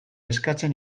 eskatzen